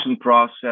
process